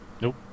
nope